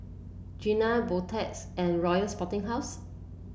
Garnier Beautex and Royal Sporting House